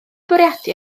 bwriadu